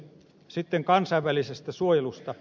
sitten kansainvälisestä suojelusta